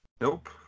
Nope